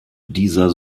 dieser